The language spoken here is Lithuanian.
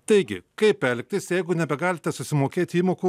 taigi kaip elgtis jeigu nebegalite susimokėti įmokų